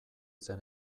zen